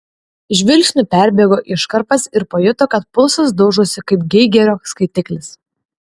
žvilgsniu perbėgo iškarpas ir pajuto kad pulsas daužosi kaip geigerio skaitiklis